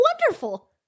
Wonderful